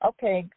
Okay